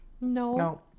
no